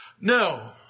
No